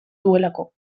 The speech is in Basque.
duelako